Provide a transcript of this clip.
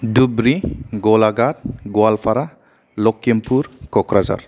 Dhubri Golaghat Goalpara Lakhimpur Kokrajhar